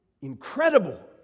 incredible